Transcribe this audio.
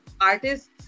artists